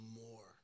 more